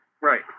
Right